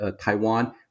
Taiwan